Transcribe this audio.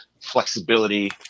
flexibility